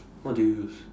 what did you use